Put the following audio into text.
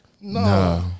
no